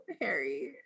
Harry